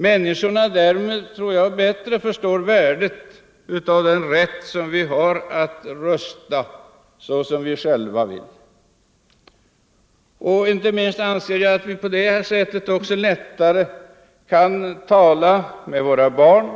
Människorna skulle, tror jag, därmed bättre förstå värdet av den rätt vi har att rösta så som vi själva vill. Inte minst viktigt är, anser jag, att vi på det sättet också lättare kan tala med våra barn,